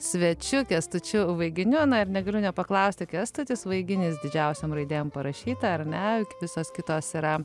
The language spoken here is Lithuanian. svečiu kęstučiu vaiginiu na ir negaliu nepaklausti kęstutis vaiginis didžiausiom raidėm parašyta ar ne visos kitos yra